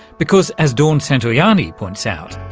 because, as dawn santoianni points out,